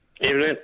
Evening